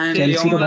Chelsea